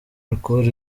alcool